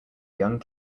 young